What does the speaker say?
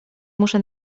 muszę